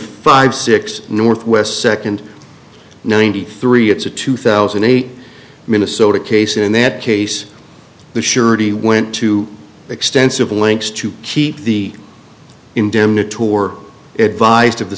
five six northwest second ninety three it's a two thousand eight minnesota case in that case the surety went to extensive lengths to keep the indemnity tore it vised of the